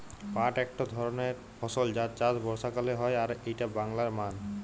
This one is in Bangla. পাট একট ধরণের ফসল যার চাষ বর্ষাকালে হয় আর এইটা বাংলার মান